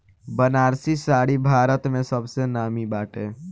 बनारसी साड़ी भारत में सबसे नामी बाटे